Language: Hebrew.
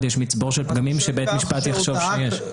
יש מצבור של פגמים שבית משפט יחשוב שיש.